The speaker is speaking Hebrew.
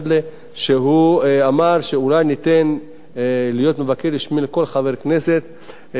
שאמר שאולי ניתן לכל חבר כנסת להיות מבקר רשמי.